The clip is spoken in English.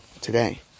today